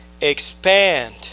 expand